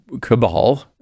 cabal